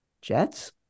Jets